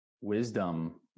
wisdom